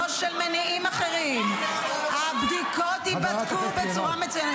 לא של מניעים אחרים -- איזה --- חברת הכנסת מירב,